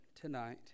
tonight